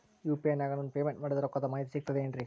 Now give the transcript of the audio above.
UPI ನಾಗ ನಾನು payment ಮಾಡಿದ ರೊಕ್ಕದ ಮಾಹಿತಿ ಸಿಕ್ತದೆ ಏನ್ರಿ?